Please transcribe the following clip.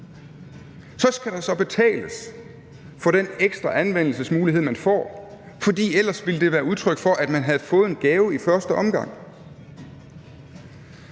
skal der betales for den ekstra anvendelsesmulighed, man får, fordi det ellers ville være udtryk for, at man havde fået en gave i første omgang.